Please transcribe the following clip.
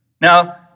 Now